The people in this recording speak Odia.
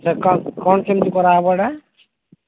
ଚେକଅପ୍ କ'ଣ କେମିତି କରା ହେବ ଏଇଟା